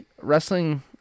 wrestling